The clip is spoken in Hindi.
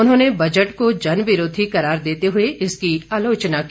उन्होंने बजट को जनविरोधी करार देते हुए इसकी आलोचना की